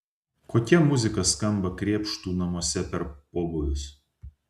kokia muzika skamba krėpštų namuose per pobūvius